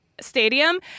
stadium